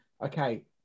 okay